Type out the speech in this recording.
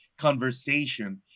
conversation